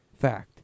Fact